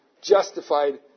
justified